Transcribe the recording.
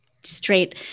straight